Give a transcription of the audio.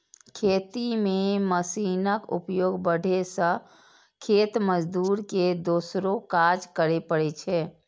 खेती मे मशीनक उपयोग बढ़ै सं खेत मजदूर के दोसरो काज करै पड़ै छै